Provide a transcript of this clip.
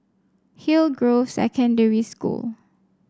Hillgrove Secondary School